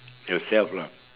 yourself lah